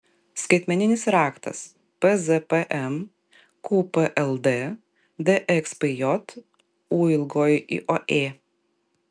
skaitmeninis raktas pzpm qpld dxpj ūioė